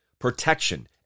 protection